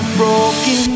broken